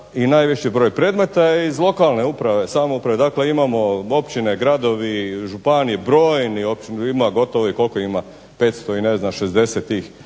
i najviše broja predmeta je iz lokalne uprave i samouprave. Dakle, imamo općine, gradovi županije brojni koliko ih ima 500 i ne znam 60 tih